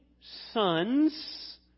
sons